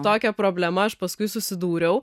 tokia problema aš paskui susidūriau